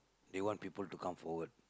they want people to come forward